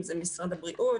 אם זה משרד הבריאות,